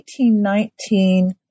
1819